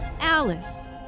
Alice